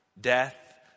Death